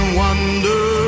wonder